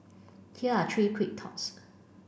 here are three quick thoughts